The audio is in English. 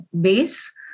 base